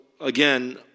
again